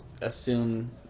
assume